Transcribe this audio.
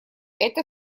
это